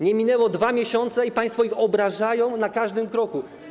Nie minęły 2 miesiące i państwo ich obrażają na każdym kroku.